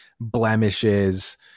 blemishes